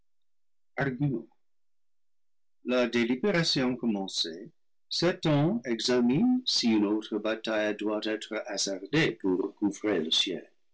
la délibération commencée satan examine si une autre bataille doit être hasardée pour recouvrer le ciel